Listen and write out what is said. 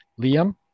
liam